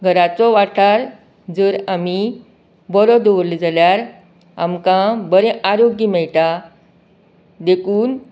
घराचो वाठार जर आमी बरो दवरलो जाल्यार आमकां बरें आरोग्य मेळटा देखून